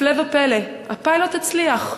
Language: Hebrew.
הפלא ופלא, הפיילוט הצליח,